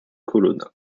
colonna